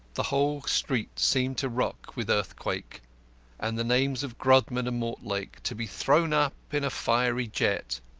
the whole street seemed to rock with earthquake and the names of grodman and mortlake to be thrown up in a fiery jet.